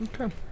Okay